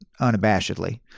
unabashedly